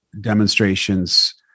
demonstrations